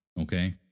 Okay